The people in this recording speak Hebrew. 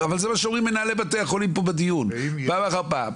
זה מה שאומרים מנהלי בתי החולים בדיון פעם אחר פעם.